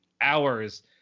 hours